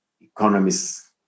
economists